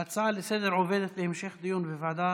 ההצעה לסדר-היום עוברת להמשך דיון בוועדת